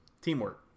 Teamwork